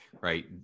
right